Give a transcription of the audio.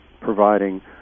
providing